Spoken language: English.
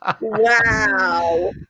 Wow